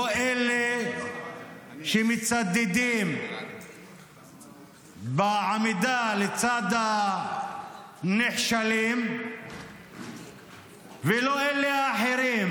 לא אלה שמצדדים בעמידה לצד הנחשלים ולא אלה האחרים,